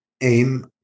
aim